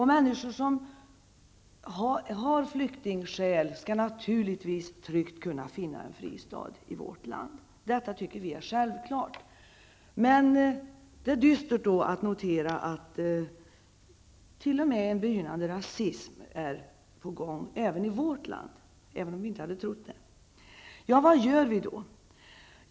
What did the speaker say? Människor som har flyktingskäl skall naturligtvis tryggt kunna finna en fristad i vårt land. Detta tycker vi är självklart. Det är dystert att notera att en begynnande rasism är på gång också i vårt land, även om vi inte hade trott det. Vad gör vi då?